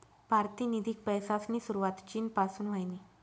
पारतिनिधिक पैसासनी सुरवात चीन पासून व्हयनी